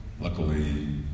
luckily